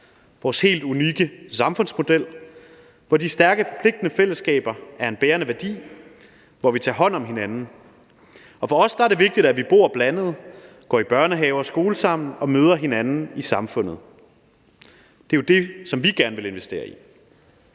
Vores helt unikke samfundsmodel, hvor de stærke, forpligtende fællesskaber er en bærende værdi, hvor vi tager hånd om hinanden. For os er det vigtigt, at vi bor blandet, går i børnehave og skole sammen og møder hinanden i samfundet. Det er jo det, som vi gerne vil investere i.